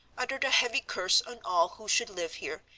uttered a heavy curse on all who should live here,